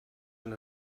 han